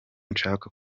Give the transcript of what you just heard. nshaka